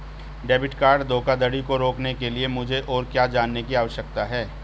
Debit card धोखाधड़ी को रोकने के लिए मुझे और क्या जानने की आवश्यकता है?